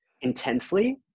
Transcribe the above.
intensely